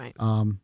Right